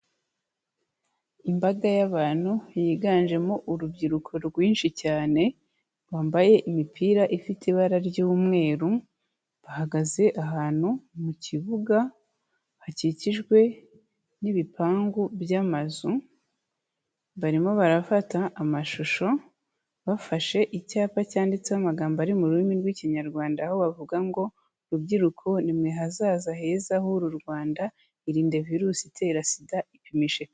Imbaga y'abantu yiganjemo urubyiruko rwinshi cyane bambaye imipira ifite ibara ry'umweru, bahagaze ahantu mu kibuga hakikijwe n'ibipangu by'amazu, barimo barafata amashusho bafashe icyapa cyanditseho amagambo ari mu rurimi rw'Ikinyarwanda, aho bavuga ngo rubyiruko ni mwe hazaza heza h'uru Rwanda, irinde virusi itera SIDA ipimishe kare.